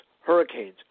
hurricanes